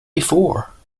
before